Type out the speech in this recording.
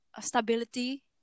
stability